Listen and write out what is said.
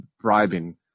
bribing